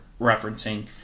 referencing